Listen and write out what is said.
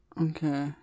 Okay